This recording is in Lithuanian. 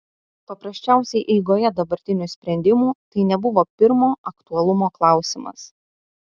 paprasčiausiai eigoje dabartinių sprendimų tai nebuvo pirmo aktualumo klausimas